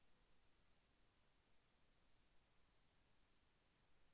Online ద్వార భీమా చెల్లింపులు చేయవచ్చా?